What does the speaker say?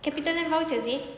capitaland vouchers seh